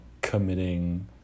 committing